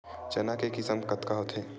चना के किसम कतका होथे?